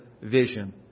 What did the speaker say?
vision